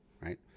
right